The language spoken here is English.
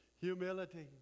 Humility